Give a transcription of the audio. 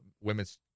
women's